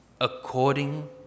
according